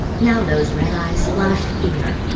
now those red eyes flashed fear.